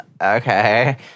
okay